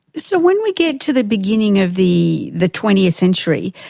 so when we get to the beginning of the the twentieth century,